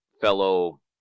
fellow